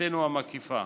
בדיקתנו המקיפה